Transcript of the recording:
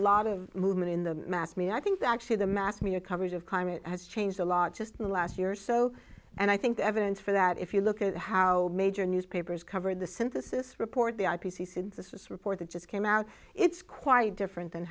lot of movement in the math mean i think actually the mass media coverage of climate has changed a lot just in the last year or so and i think the evidence for that if you look at how major newspapers covered the synthesis report the i p c c this report that just came out it's quite